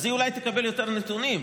אז היא אולי תקבל יותר נתונים,